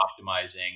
optimizing